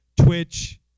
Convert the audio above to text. Twitch